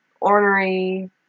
ornery